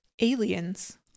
aliens